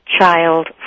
child